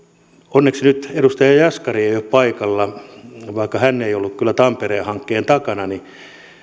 onneksi nyt edustaja jaskari ei ei ole paikalla vaikka hän ei ollut kyllä tampereen hankkeen takana niin